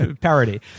Parody